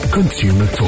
Consumer